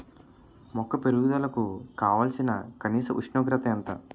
మొక్క పెరుగుదలకు కావాల్సిన కనీస ఉష్ణోగ్రత ఎంత?